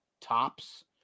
tops